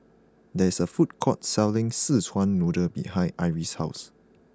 there is a food court selling Szechuan Noodle behind Iris' house